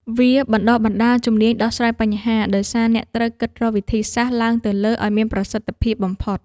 វាបណ្ដុះបណ្ដាលជំនាញដោះស្រាយបញ្ហា ដោយសារអ្នកត្រូវគិតរកវិធីសាស្ត្រឡើងទៅលើឱ្យមានប្រសិទ្ធភាពបំផុត។